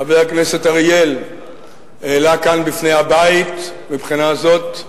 חבר הכנסת אריאל העלה כאן בפני הבית, ומבחינה זאת,